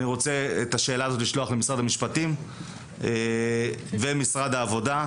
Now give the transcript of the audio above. אני רוצה את השאלה הזאת לשלוח למשרד המשפטים ומשרד העבודה,